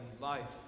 life